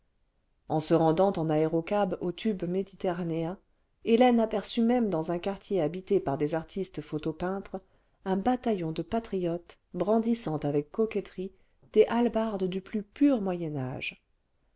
en se rendant en aérocab au tube méditerranéen hélène aperçut même dans un quartier habité par des artistes photo peintres un bataillon de patriotes brandissant avec coquetterie des hallebardes du plus pur